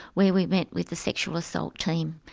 where we met with the sexual assault team.